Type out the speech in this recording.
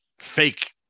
fake